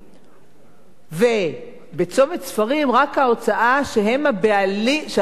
וב"צומת ספרים" רק ההוצאה שהם הבעלים שלה.